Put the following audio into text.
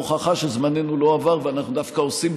הוכחה שזמננו לא עבר ואנחנו דווקא עושים,